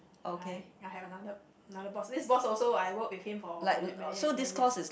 I I have another another boss this boss also I work with him for many many years